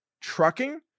trucking